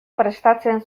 prestatzen